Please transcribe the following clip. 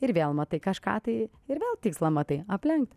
ir vėl matai kažką tai ir vėl tikslą matai aplenkt